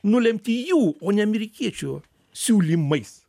nulemti jų o ne amerikiečių siūlymais